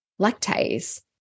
lactase